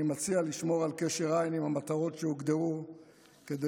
אני מציע לשמור על קשר עין עם המטרות שהוגדרו כדי